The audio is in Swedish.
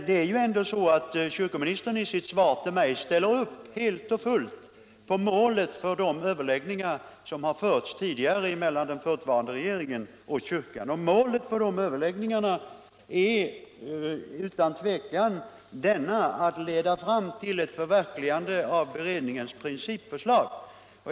Men kyrkoministern har ändå i sitt svar till mig helt och fullt anslutit sig till målsättningen för de överläggningar som tidigare har förts mellan den förutvarande regeringen och kyrkan. Målet för de överläggningarna är utan tvivel att de skall leda fram till ett förverkligande av beredningens principförslag.